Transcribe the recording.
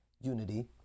unity